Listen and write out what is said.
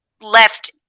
left